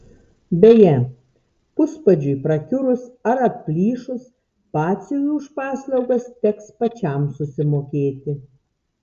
beje puspadžiui prakiurus ar atplyšus batsiuviui už paslaugas teks pačiam susimokėti